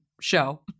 show